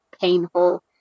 painful